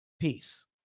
Peace